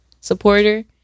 supporter